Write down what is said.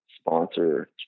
Sponsor